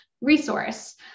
resource